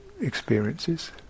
experiences